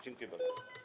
Dziękuję bardzo.